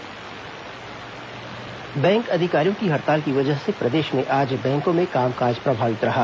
bank हड़ताल bank अधिकारियों की हड़ताल की वजह से प्रदेश में आज बैंको में कामकाम प्रभावित रहा